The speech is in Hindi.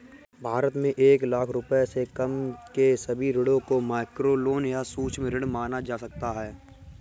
भारत में एक लाख रुपए से कम के सभी ऋणों को माइक्रोलोन या सूक्ष्म ऋण माना जा सकता है